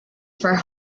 for